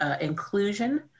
inclusion